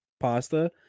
Pasta